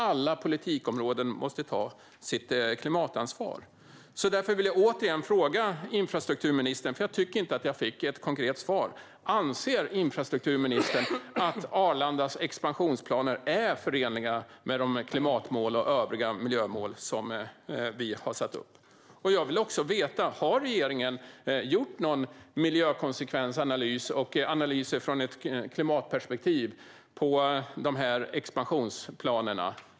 Alla politikområden måste ta sitt klimatansvar. Eftersom jag inte tycker att jag fick ett konkret svar vill jag därför återigen fråga infrastrukturministern: Anser ministern att Arlandas expansionsplaner är förenliga med de klimatmål och övriga miljömål som vi har satt upp? Jag vill också veta om regeringen har gjort en miljökonsekvensanalys och analyser ur ett klimatperspektiv av dessa expansionsplaner.